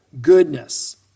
goodness